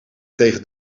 tegen